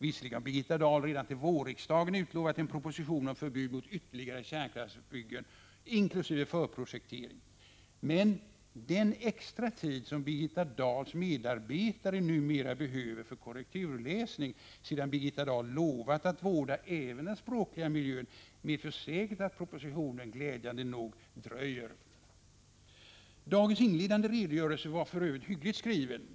Visserligen har Birgitta Dahl redan till vårriksdagen utlovat en proposition om förbud mot ytterligare kärnkraftsbyggen inkl. förprojektering. Men den extra tid som Birgitta Dahls medarbetare numera behöver för korrekturläsning, sedan Birgitta Dahl lovat att vårda även den språkliga miljön, medför säkert att propositionen, glädjande nog, dröjer. Dagens inledande redogörelse var för övrigt hyggligt skriven.